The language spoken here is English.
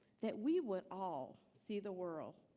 that we would all see the world.